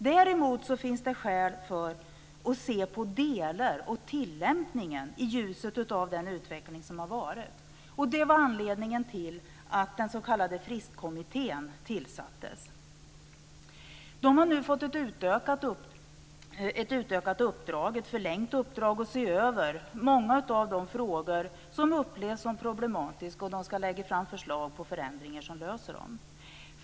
Däremot finns det skäl att se på delar av tillämpningen i ljuset av den utveckling som har varit. Det var anledningen till att den s.k. Fristkommittén tillsattes. Den har nu fått ett utökat och förlängt uppdrag att se över många av de frågor som upplevs som problematiska, och de ska lägga fram förslag på förändringar som löser dem.